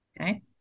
Okay